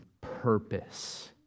purpose